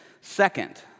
Second